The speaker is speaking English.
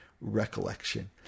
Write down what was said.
recollection